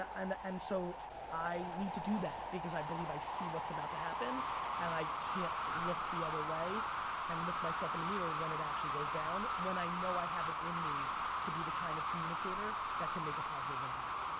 and and so i need to do that because i believe i see what's about to happen and i can't look the other way and look myself in the mirror when it actually goes down when i know i have it in me to be the kind of communicator that can make a positive impact.